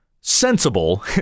sensible